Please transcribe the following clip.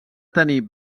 tenir